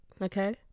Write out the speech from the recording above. okay